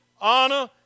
honor